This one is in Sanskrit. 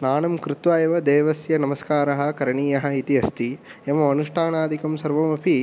स्नानं कृत्वा एव देवस्य नमस्कारः करणीयः इति अस्ति एवम् अनुष्ठानादिकं सर्वमपि